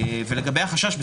לגבי החשש,